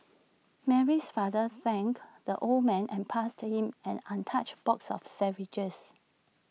Mary's father thanked the old man and passed him an untouched box of sandwiches